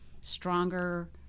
stronger